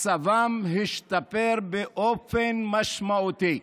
מצבם השתפר באופן משמעותי,